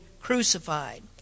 crucified